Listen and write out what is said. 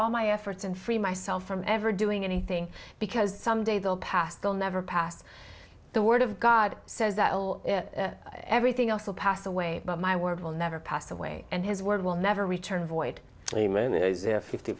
all my efforts and free myself from ever doing anything because some day they'll pass they'll never pass the word of god says that everything else will pass away but my word will never pass away and his word will never return void fifty